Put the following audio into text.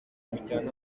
mujyana